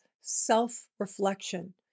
self-reflection